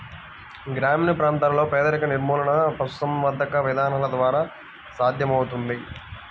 గ్రామీణ ప్రాంతాలలో పేదరిక నిర్మూలన పశుసంవర్ధక విధానాల ద్వారా సాధ్యమవుతుంది